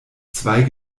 zwei